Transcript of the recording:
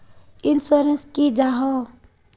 Insurance की जाहा?